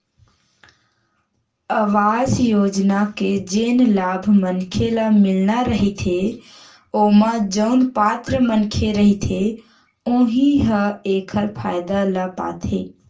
अवास योजना के जेन लाभ मनखे ल मिलना रहिथे ओमा जउन पात्र मनखे रहिथे उहीं ह एखर फायदा ल पाथे